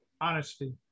honesty